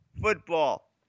football